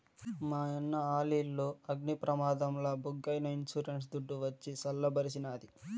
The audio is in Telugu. మాయన్న ఆలిల్లు అగ్ని ప్రమాదంల బుగ్గైనా ఇన్సూరెన్స్ దుడ్డు వచ్చి సల్ల బరిసినాది